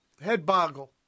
Headboggle